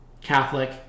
Catholic